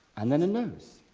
and then a nose.